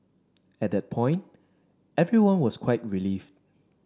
at that point everyone was quite relieved